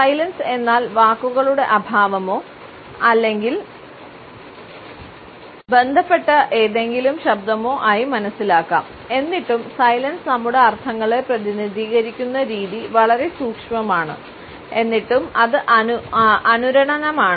silence എന്നാൽ വാക്കുകളുടെ അഭാവമോ അല്ലെങ്കിൽ ബന്ധപ്പെട്ട ഏതെങ്കിലും ശബ്ദമോ ആയി മനസ്സിലാക്കാം എന്നിട്ടും സൈലൻസ് നമ്മുടെ അർത്ഥങ്ങളെ പ്രതിനിധീകരിക്കുന്ന രീതി വളരെ സൂക്ഷ്മമാണ് എന്നിട്ടും അത് അനുരണനമാണ്